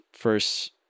first